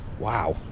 wow